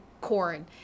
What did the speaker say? corn